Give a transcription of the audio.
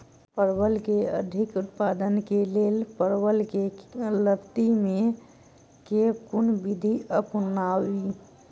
परवल केँ अधिक उत्पादन केँ लेल परवल केँ लती मे केँ कुन विधि अपनाबी?